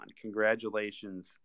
Congratulations